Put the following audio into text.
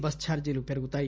bus ఛార్జీలు పెరుగుతాయి